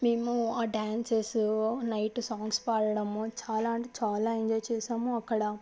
మేము ఆ dances night songs పాడడము చాలా అంటే చాలా ఎంజాయ్ చేశాము అక్కడ